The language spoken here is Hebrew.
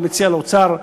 אני מציע לאוצר,